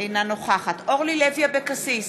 אינה נוכחת אורלי לוי אבקסיס,